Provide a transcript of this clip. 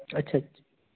अच्छा अच्छा